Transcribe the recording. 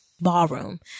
ballroom